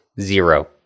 zero